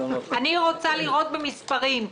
אני רוצה לראות במספרים,